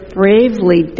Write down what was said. bravely